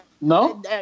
No